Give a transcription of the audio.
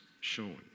shown